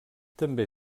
també